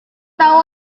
tahu